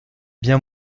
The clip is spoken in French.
bien